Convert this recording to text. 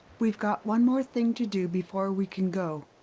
we've got one more thing to do before we can go.